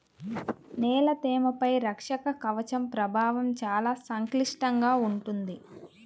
నేల తేమపై రక్షక కవచం ప్రభావం చాలా సంక్లిష్టంగా ఉంటుంది